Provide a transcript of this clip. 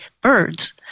birds